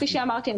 כפי שאמרתי,